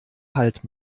halt